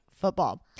football